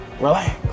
Relax